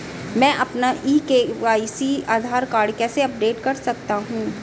मैं अपना e KYC Aadhaar card कैसे अपडेट कर सकता हूँ?